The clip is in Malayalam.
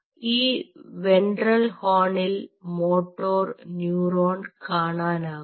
ഈ വെൻട്രൽ ഹോണിൽ മോട്ടോർ ന്യൂറോൺ കാണാനാകും